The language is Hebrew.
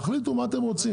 תחליטו מה אתם רוצים.